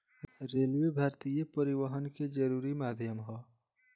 railway भारतीय परिवहन के जरुरी माध्यम ह